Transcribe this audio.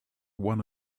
one